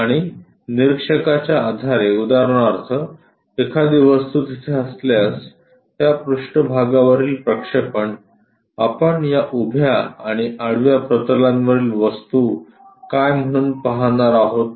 आणि निरीक्षकाच्या आधारे उदाहरणार्थ एखादी वस्तू तिथे असल्यास त्या पृष्ठभागावरील प्रक्षेपण आपण या उभ्या आणि आडव्या प्रतलांवरील वस्तू काय म्हणून पाहणार आहोत